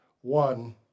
One